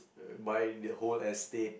uh buy the whole estate